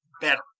better